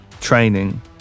training